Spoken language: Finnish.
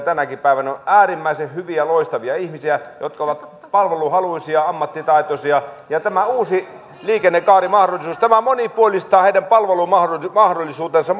tänäkin päivänä äärimmäisen hyviä loistavia ihmisiä jotka ovat palveluhaluisia ammattitaitoisia ja tämä uusi liikennekaarimahdollisuus monipuolistaa heidän palvelumahdollisuutensa